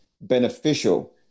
beneficial